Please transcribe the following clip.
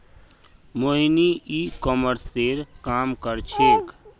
Mohini e कॉमर्सेर काम कर छेक्